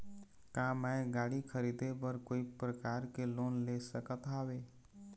का मैं गाड़ी खरीदे बर कोई प्रकार के लोन ले सकत हावे?